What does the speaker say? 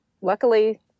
luckily